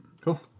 cool